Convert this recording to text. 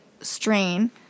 strain